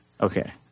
Okay